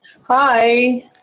Hi